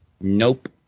Nope